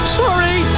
sorry